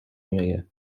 میآید